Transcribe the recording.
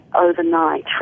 overnight